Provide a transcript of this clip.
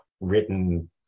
written